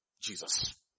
Jesus